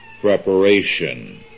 preparation